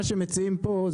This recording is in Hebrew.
מה שמציעים פה,